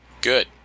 Good